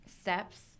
steps